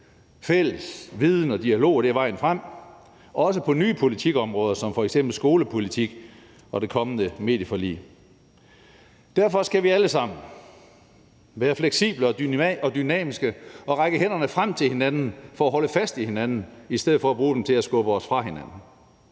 Fælles viden og dialog er vejen frem også på nye politikområder som f.eks. skolepolitik og det kommende medieforlig. Derfor skal vi alle sammen være fleksible og dynamiske og række hænderne frem til hinanden for at holde fast i hinanden i stedet for at bruge dem til at skubbe os fra hinanden.